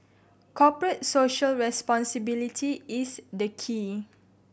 Corporate Social Responsibility is the key